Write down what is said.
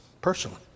personally